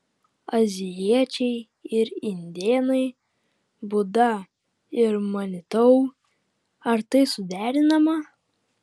azijiečiai ir indėnai buda ir manitou ar tai suderinama